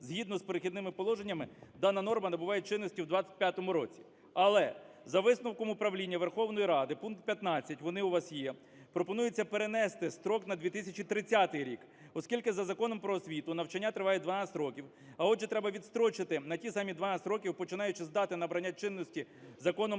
згідно з "Перехідними положеннями" дана норма набуває чинності у 25-му році. Але, за висновком управління Верховної Ради, пункт 15, вони у вас є, пропонується перенести строк на 2030 рік. Оскільки за Законом "Про освіту" навчання триває 12 років, а отже треба відстрочити на ті самі 12 років, починаючи з дати набрання чинності Законом "Про освіту".